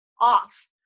off